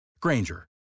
Granger